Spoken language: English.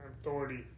authority